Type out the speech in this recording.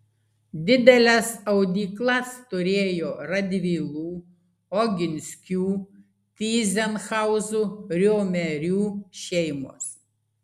dideles audyklas turėjo radvilų oginskių tyzenhauzų riomerių šeimos